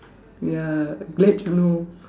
ya glad you know